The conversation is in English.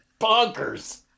bonkers